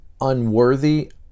unworthy